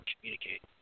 communicate